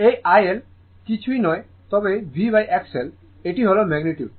এই IL কিছুই নয় তবে VXL এটি হল ম্যাগনিটিউড